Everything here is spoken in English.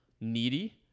needy